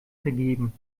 vergeben